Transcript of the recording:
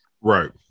Right